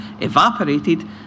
evaporated